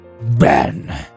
Ben